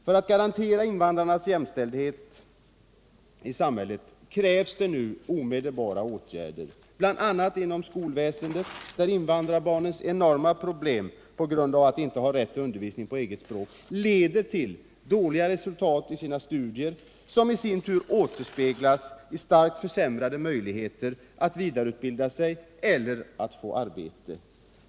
För att garantera invandrarnas jämställdhet i samhället krävs omedelbara åtgärder, bl.a. inom skolväsendet, där invandrarbarnens enorma problem på grund av att de inte har rätt till undervisning på det egna språket leder till dåliga resultat i studierna, vilket i sin tur återspeglas i starkt försämrade möjligheter att vidareutbilda sig eller att få arbete.